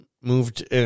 moved